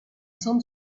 some